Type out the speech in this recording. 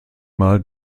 mal